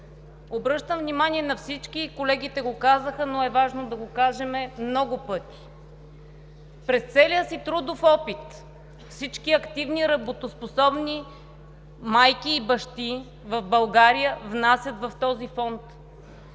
Обръщам внимание на всички, колегите го казаха, но е важно да го кажем много пъти, че през целия си трудов опит всички активни и работоспособни майки и бащи в България внасят в този фонд,